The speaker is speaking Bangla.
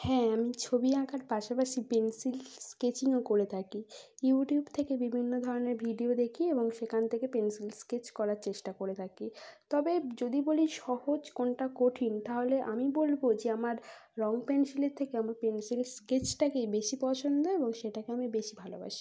হ্যাঁ আমি ছবি আঁকার পাশাপাশি পেন্সিল স্কেচিংও করে থাকি ইউটিউব থেকে বিভিন্ন ধরনের ভিডিও দেখি এবং সেখান থেকে পেন্সিল স্কেচ করার চেষ্টা করে থাকি তবে যদি বলি সহজ কোনটা কঠিন তাহলে আমি বলব যে আমার রং পেন্সিলের থেকে আমার পেন্সিলের স্কেচটাকেই বেশি পছন্দ এবং সেটাকে আমি বেশি ভালোবাসি